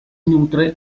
nutre